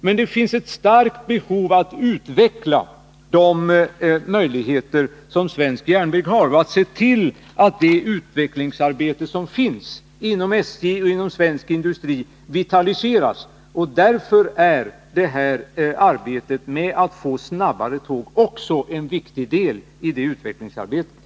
Men det finns ett starkt behov av att utveckla de möjligheter som den svenska järnvägen har och se till att det utvecklingsarbete som bedrivs inom SJ och svensk industri vitaliseras. Arbetet med att få snabbare tåg är en viktig del i det utvecklingsarbetet.